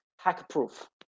hack-proof